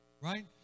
right